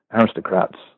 aristocrats